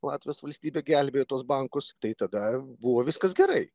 latvijos valstybė gelbėjo tuos bankus tai tada buvo viskas gerai